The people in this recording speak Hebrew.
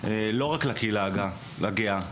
לא רק לקהילה הגאה.